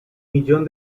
millón